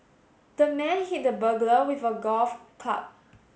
the man hit the burglar with a golf club